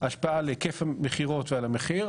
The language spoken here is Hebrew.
השפעה על היקף המכירות ועל המחיר.